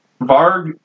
Varg